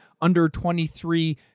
under-23